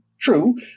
True